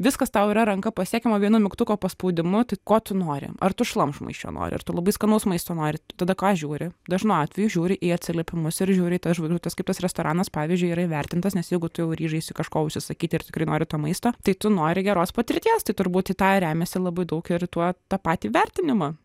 viskas tau yra ranka pasiekiama vienu mygtuko paspaudimu tai ko tu nori ar tu šlamštmaisčio nori ir tu labai skanaus maisto nori tu tada ką žiūri dažnu atveju žiūri į atsiliepimus ir žiūri į tas žvaigždes kaip tas restoranas pavyzdžiui yra įvertintas nes jeigu tu jau ryžaisi kažko užsisakyti ir tikrai nori to maisto tai tu nori geros patirties tai turbūt į tą remiasi labai daug ir tuo tą patį vertinimą